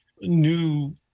new